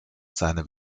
seine